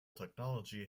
technology